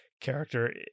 character